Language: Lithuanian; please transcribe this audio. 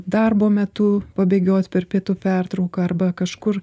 darbo metu pabėgiot per pietų pertrauką arba kažkur